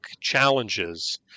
challenges